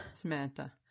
Samantha